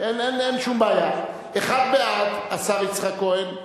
אחד בעד, השר יצחק כהן,